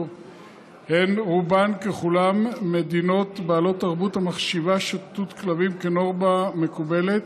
הן רובן ככולן מדינות בעלות תרבות המחשיבה שוטטות כלבים לנורמה מקובלת,